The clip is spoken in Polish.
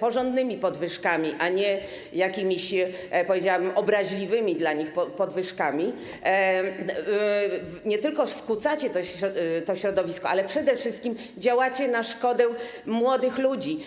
porządnymi podwyżkami, a nie jakimiś, powiedziałabym, obraźliwymi dla nich podwyżkami, nie tylko skłócacie to środowisko, ale przede wszystkim działacie na szkodę młodych ludzi.